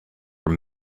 were